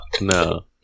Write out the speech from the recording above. no